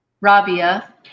Rabia